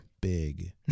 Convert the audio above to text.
Big